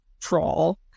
troll